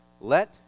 Let